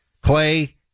Clay